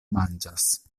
manĝas